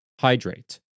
Hydrate